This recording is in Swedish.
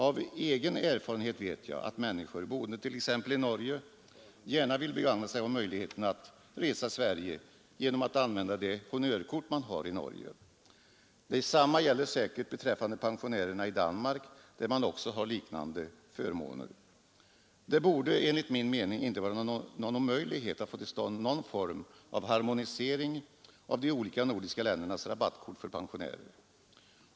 Av egen erfarenhet vet jag att människor, boende t.ex. i Norge, gärna vill begagna sig av möjligheten att resa i Sverige genom att använda det ”Honnör-kort” som man har i Norge. Detsamma gäller säkert pensionärerna i Danmark, där man har liknande förmåner. Det borde inte vara omöjligt att få till stånd någon form av harmonisering av de olika nordiska ländernas rabattkort för pensionärer.